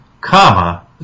comma